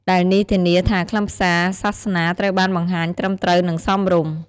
ដែលនេះធានាថាខ្លឹមសារសាសនាត្រូវបានបង្ហាញត្រឹមត្រូវ និងសមរម្យ។